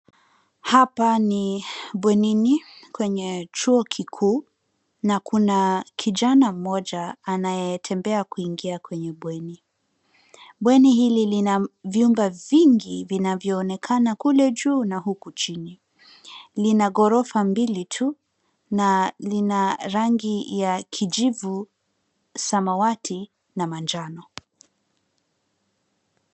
Hapa ni bwenini kwenye chuo kikuu na kuna kijana mmoja anayetembea kuingia kwenye bweni. Bweni hili lina vyumba vingi vinavyoonekana kule juu na huku chini. Lina ghorofa mbili tu na lina rangi ya kijivu, samawati na manjano.